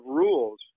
rules